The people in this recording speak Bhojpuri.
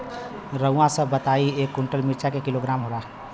रउआ सभ बताई एक कुन्टल मिर्चा क किलोग्राम होला?